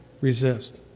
resist